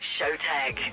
Showtag